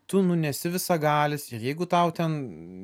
tu nu nesi visagalis ir jeigu tau ten